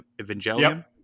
Evangelion